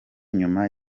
nyuma